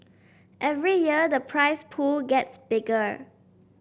every year the prize pool gets bigger